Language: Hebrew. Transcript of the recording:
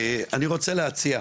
אי אפשר לנהל נושא כזה,